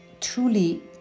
truly